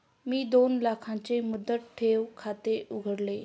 मी दोन लाखांचे मुदत ठेव खाते उघडले